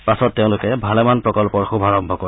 পাছত তেওঁলোকে ভালেমান প্ৰকল্পৰ শুভাৰম্ভ কৰে